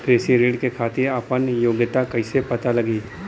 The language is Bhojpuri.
कृषि ऋण के खातिर आपन योग्यता कईसे पता लगी?